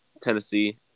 Tennessee